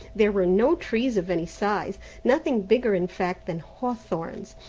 there were no trees of any size nothing bigger in fact than hawthorns,